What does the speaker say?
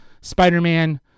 Spider-Man